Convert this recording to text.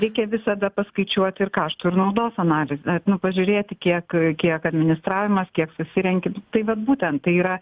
reikia visada paskaičiuot ir kaštų ir naudos analizę pažiūrėti kiek kiek administravimas kiek susirenki tai vat būtent tai yra